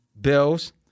Bills